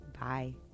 Bye